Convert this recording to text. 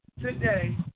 today